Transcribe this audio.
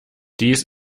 dies